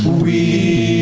we